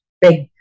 big